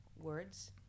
words